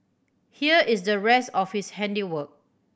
here is the rest of his handiwork